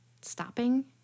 stopping